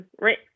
right